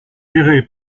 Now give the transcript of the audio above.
gérée